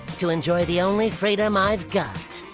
to enjoy the only freedom i've got!